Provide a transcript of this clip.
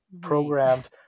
programmed